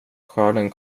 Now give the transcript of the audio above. skörden